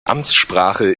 amtssprache